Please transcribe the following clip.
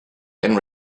and